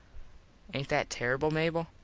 aint that terrible, mable?